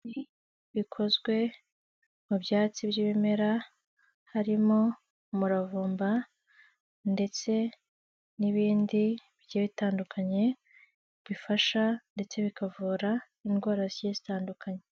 Bikozwe mu byatsi by'ibimera harimo umuravumba ndetse n'ibindi bigiye bitandukanye bifasha ndetse bikavura n'indwara zigiye zitandukanye.